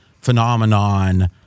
phenomenon